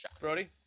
Brody